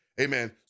Amen